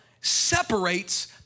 separates